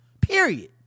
period